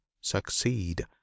succeed